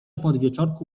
podwieczorku